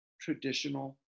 traditional